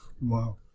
Wow